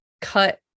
cut